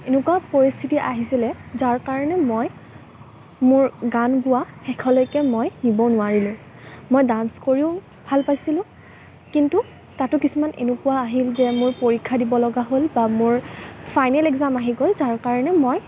এনেকুৱা পৰিস্থিতি আহিছিলে যাৰ কাৰণে মই মোৰ গান গোৱা শেষলৈকে মই নিব নোৱাৰিলোঁ মই ডান্স কৰিও ভাল পাইছিলোঁ কিন্তু তাতো কিছুমান এনেকুৱা আহিল যে মোৰ পৰীক্ষা দিব লগা হ'ল বা মোৰ ফাইনেল এগ্জাম আহি গ'ল যাৰ কাৰণে মই